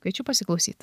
kviečiu pasiklausyt